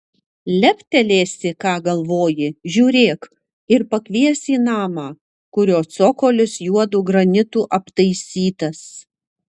leptelėsi ką galvoji žiūrėk ir pakvies į namą kurio cokolis juodu granitu aptaisytas